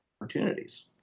opportunities